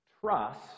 Trust